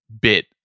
bit